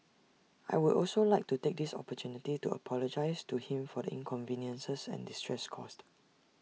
I will also like to take this opportunity to apologise to him for the inconveniences and distress caused